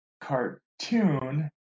cartoon